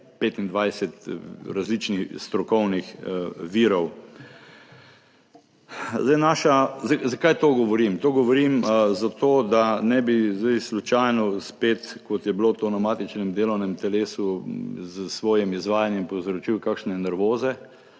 25 različnih strokovnih virov. Zakaj to govorim? To govorim zato, da ne bi zdaj slučajno spet, kot je bilo to na matičnem delovnem telesu s svojim izvajanjem povzročil kakšne nervoze,